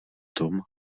tom